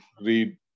read